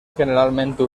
generalmente